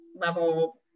level